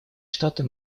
штаты